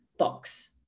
box